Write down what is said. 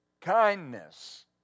kindness